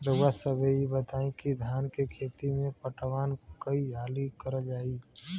रउवा सभे इ बताईं की धान के खेती में पटवान कई हाली करल जाई?